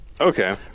okay